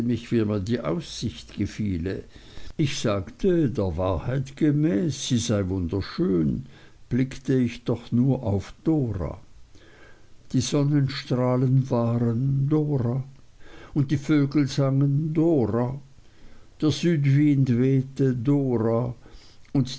die aussicht gefiele ich sagte der wahrheit gemäß sie sei wunderschön blickte ich doch nur auf dora die sonnenstrahlen waren dora und die vögel sangen dora der südwind wehte dora und